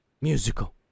musical